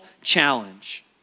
challenge